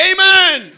Amen